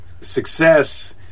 Success